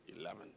eleven